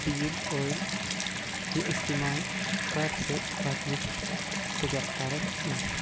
تیٖل اۄیٚل یہِ اِستعمال کَر ژٕ پَتہٕ وٕچھ ژےٚ کیٛاہ فرَق بٲسی